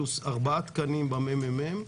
פלוס ארבעה תקנים בממ"מ,